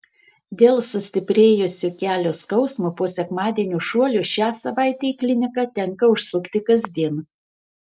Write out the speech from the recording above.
dėl sustiprėjusio kelio skausmo po sekmadienio šuolio šią savaitę į kliniką tenka užsukti kasdien